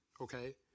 okay